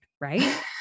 right